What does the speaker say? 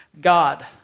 God